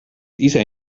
ise